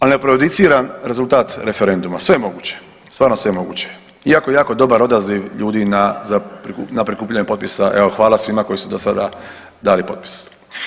Ali ne prejudiciram rezultat referenduma, sve je moguće, stvarno sve je moguće, jako, jako dobar odaziv ljudi na prikupljanje potpisa, evo hvala svima koji su do sada dali potpis.